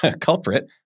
culprit